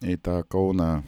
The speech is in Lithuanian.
į tą kauną